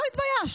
לא התביישת.